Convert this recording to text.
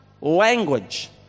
language